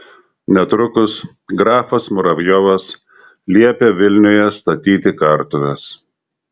netrukus grafas muravjovas liepė vilniuje statyti kartuves